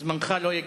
זמנך לא ייגרע.